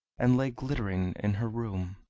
and lay glittering in her room.